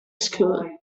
school